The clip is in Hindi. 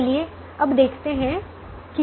चलिए अब देखते हैं कि क्या होता है